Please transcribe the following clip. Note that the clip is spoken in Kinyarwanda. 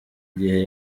igihe